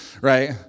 right